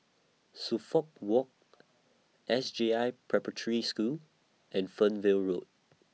Suffolk Walk S J I Preparatory School and Fernvale Road